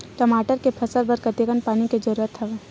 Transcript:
टमाटर के फसल बर कतेकन पानी के जरूरत हवय?